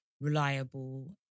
reliable